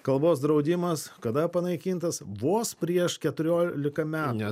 kalbos draudimas kada panaikintas vos prieš keturiolika metų